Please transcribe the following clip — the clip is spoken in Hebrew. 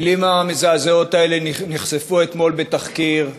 המילים המזעזעות האלה נחשפו אתמול בתחקיר.